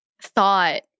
thought